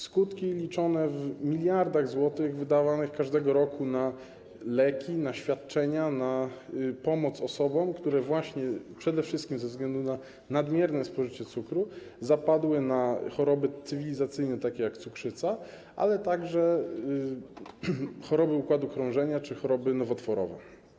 Skutki liczone w miliardach złotych wydawanych każdego roku na leki, na świadczenia, na pomoc osobom, które właśnie przede wszystkim ze względu na nadmierne spożycie cukru zapadły na choroby cywilizacyjne, takie jak cukrzyca, ale także choroby układu krążenia czy choroby nowotworowe.